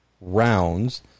rounds